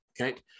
okay